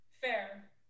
fair